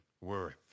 worth